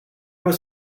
was